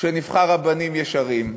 שנבחר רבנים ישרים,